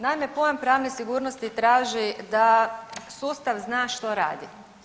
Naime, pojam pravne sigurnosti traži da sustav zna što radi.